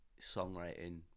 songwriting